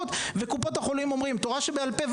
וקופות החולים אומרות תורה שבעל-פה,